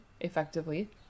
effectively